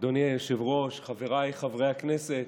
אדוני היושב-ראש, חבריי חברי הכנסת,